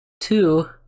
two